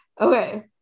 okay